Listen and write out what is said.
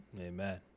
Amen